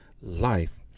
life